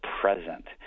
present